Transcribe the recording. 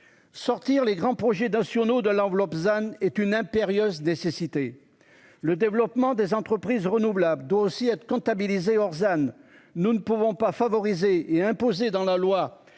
sortir les grands projets nationaux de l'enveloppe than est une impérieuse nécessité. Le développement des entreprises renouvelable d'aussi être comptabilisés Ozanne, nous ne pouvons pas favorisé et imposé dans la loi